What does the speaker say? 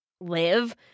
live